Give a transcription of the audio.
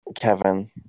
Kevin